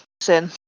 sin